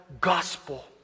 gospel